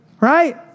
right